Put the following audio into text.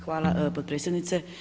Hvala potpredsjednice.